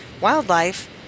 wildlife